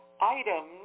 items